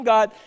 God